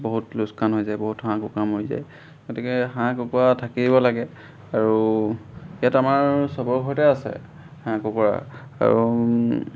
বহুত লোকচান হৈ যায় বহুত হাঁহ কুকুৰা মৰি যায় গতিকে হাঁহ কুকুৰা থাকিব লাগে আৰু ইয়াত আমাৰ চবৰে ঘৰতে আছে হাঁহ কুকুৰা আৰু